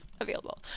available